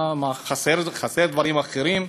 חסרים דברים אחרים?